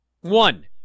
One